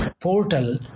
portal